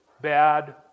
bad